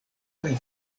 kaj